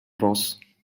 penses